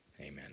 Amen